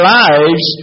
lives